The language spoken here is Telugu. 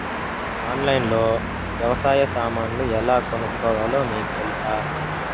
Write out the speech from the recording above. ఆన్లైన్లో లో వ్యవసాయ సామాన్లు ఎలా కొనుక్కోవాలో మీకు తెలుసా?